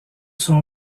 sont